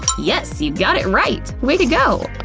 yes! you got it right! way to go!